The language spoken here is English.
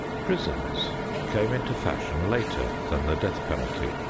prisons came into fashion later than the death penalty,